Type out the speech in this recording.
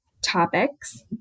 topics